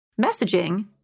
messaging